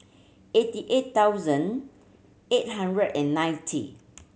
eighty eight thousand eight hundred and ninety